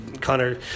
Connor